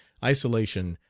isolation,